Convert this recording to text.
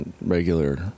regular